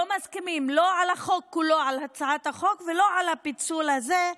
לא מסכימים לא על הצעת החוק ולא על הפיצול הזה,